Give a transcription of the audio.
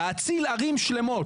להציל ערים שלמות.